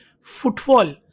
footfall